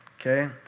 okay